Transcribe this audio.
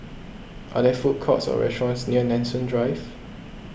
are there food courts or restaurants near Nanson Drive